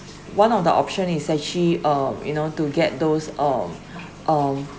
one of the option is actually um you know to get those um um